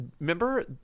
Remember